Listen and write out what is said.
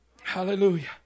Hallelujah